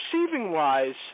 receiving-wise